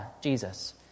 Jesus